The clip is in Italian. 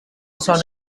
sono